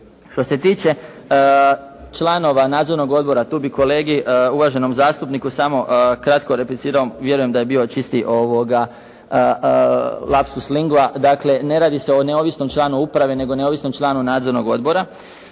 Što se tiče članova nadzornog odbora, tu bi kolegi uvaženom zastupniku samo kratko replicirao, vjerujem da je bio čisti lapsus lingua, dakle ne radi se o neovisnom članu uprave, nego neovisnom članu nadzornog odbora.